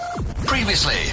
Previously